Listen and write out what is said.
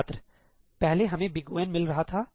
छात्र पहले हमें O मिल रहा था